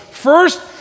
First